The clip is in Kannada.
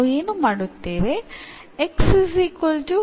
ನಾವು ಏನು ಮಾಡುತ್ತೇವೆ